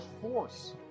force